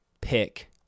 pick